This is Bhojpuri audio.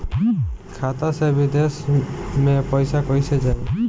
खाता से विदेश मे पैसा कईसे जाई?